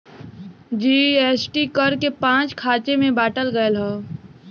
GST कर के पाँच खाँचे मे बाँटल गएल हौ